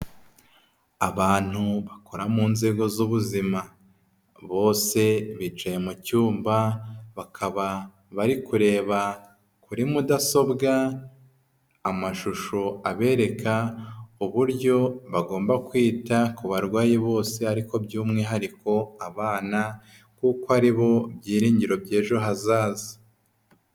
Abantu bakora mu nzego z'ubuzima bose bicaye mu cyumba bakaba bari kureba kuri mudasobwa amashusho abereka uburyo bagomba kwita ku barwayi bose ariko by'umwihariko abana kuko aribo byiringiro by'ejo hazaza.